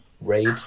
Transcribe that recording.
Raid